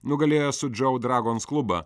nugalėjo sudžou dragons klubą